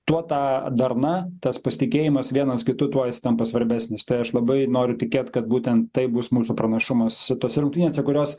tuo ta darna tas pasitikėjimas vienas kitu tuo jis tampa svarbesnis tai aš labai noriu tikėt kad būtent taip bus mūsų pranašumas tose rungtynėse kurios